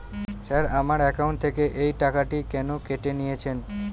Sir আমার account থেকে এই টাকাটি কেন কেটে নিয়েছেন?